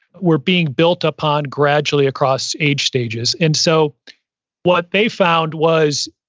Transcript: were being built upon gradually across age stages. and so what they found was,